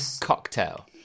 cocktail